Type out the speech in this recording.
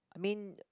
I mean